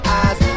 eyes